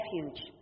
refuge